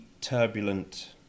turbulent